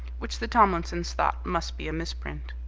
which the tomlinsons thought must be a misprint.